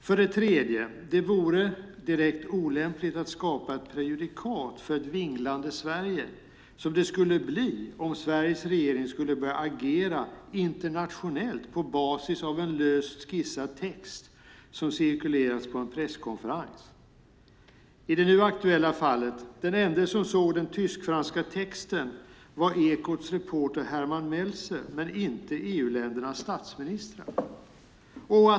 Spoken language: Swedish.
För det tredje vore det direkt olämpligt att skapa ett prejudikat för ett vinglande Sverige vilket skulle bli fallet om Sveriges regering skulle börja agera internationellt på basis av en löst skissad text som cirkulerats på en presskonferens. I det nu aktuella fallet var Ekots reporter Herman Melzer den ende som såg den tysk-franska texten. EU-ländernas statsministrar såg den inte.